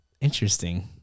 interesting